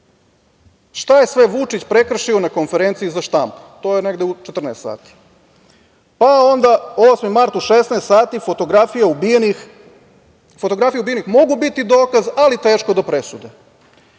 šta je sve Vučić prekršio na konferenciji za štampu, to je negde u 14 sati. Onda osmi mart u 16 sati – fotografije ubijenih mogu biti dokaz, ali teško do presude.